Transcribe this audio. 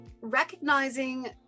Recognizing